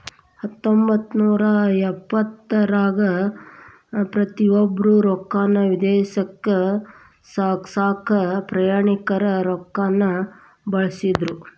ಹತ್ತೊಂಬತ್ತನೂರ ತೊಂಬತ್ತರಾಗ ಪ್ರತಿಯೊಬ್ರು ರೊಕ್ಕಾನ ವಿದೇಶಕ್ಕ ಸಾಗ್ಸಕಾ ಪ್ರಯಾಣಿಕರ ಚೆಕ್ಗಳನ್ನ ಬಳಸ್ತಿದ್ರು